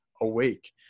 awake